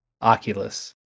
Oculus